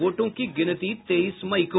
वोटों की गिनती तेईस मई को